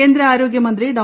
കേന്ദ്ര ആരോഗ്യമന്ത്രി ഡോ